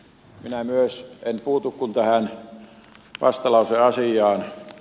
minä myöskään en puutu kuin tähän vastalauseasiaan